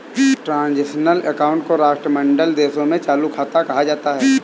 transitional account को राष्ट्रमंडल देशों में चालू खाता कहा जाता है